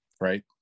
right